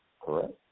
correct